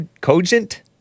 cogent